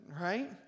right